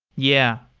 yeah.